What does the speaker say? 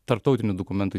tarptautinių dokumentų